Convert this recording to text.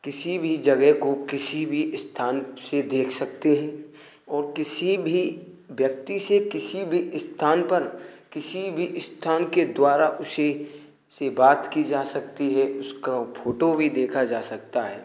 किसी भी जगह को किसी भी स्थान से देख सकते हैं और किसी भी व्यक्ति से किसी भी स्थान पर किसी भी स्थान के द्वारा उसे उससे बात की जा सकती है उसका फ़ोटो भी देखा जा सकता है